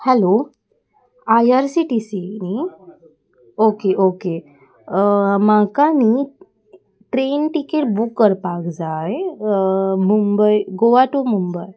hello I R C T C न्ही okay okay म्हाका न्ही ट्रेन तिकेट बूक करपाक जाय मुंबय गोवा टू मुंबय